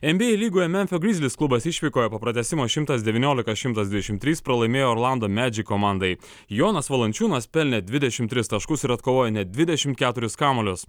en bė ei lygoje memfio grizlis klubas išvykoje po pratęsimo šimtas devyniolika šimtas dvidešimt trys pralaimėjo orlando medžik komandai jonas valančiūnas pelnė dvidešimt tris taškus ir atkovojo net dvidešimt keturis kamuolius